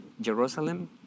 Jerusalem